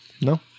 No